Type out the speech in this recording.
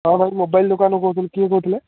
ହଁ ଭାଇ ମୋବାଇଲ୍ ଦୋକାନରୁ କହୁଥିଲି କିଏ କହୁଥିଲେ